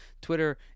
twitter